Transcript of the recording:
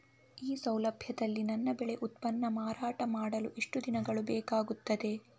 ಈ ಸೌಲಭ್ಯದಲ್ಲಿ ನನ್ನ ಬೆಳೆ ಉತ್ಪನ್ನ ಮಾರಾಟ ಮಾಡಲು ಎಷ್ಟು ದಿನಗಳು ಬೇಕಾಗುತ್ತದೆ?